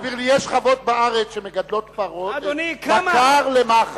חיים אורון הסביר לי שיש חוות בארץ שמגדלות פרות ובקר למאכל.